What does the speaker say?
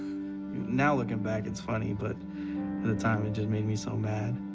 now looking back, it's funny, but at the time, it just made me so mad.